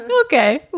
Okay